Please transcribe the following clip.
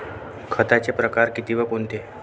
खताचे प्रकार किती व कोणते?